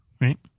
Right